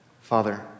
Father